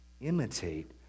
Imitate